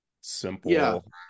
simple